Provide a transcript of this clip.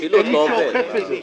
אף אחד לא אוכף את זה.